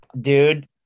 Dude